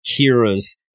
Kira's